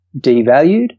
devalued